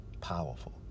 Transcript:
Powerful